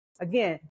again